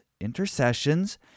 intercessions